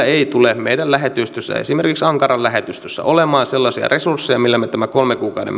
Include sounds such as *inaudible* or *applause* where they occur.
*unintelligible* ei tule meidän lähetystöissämme esimerkiksi ankaran lähetystössä olemaan sellaisia resursseja millä me tähän kolmen kuukauden *unintelligible*